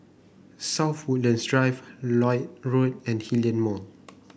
South Woodlands Drive Lloyd Road and Hillion Mall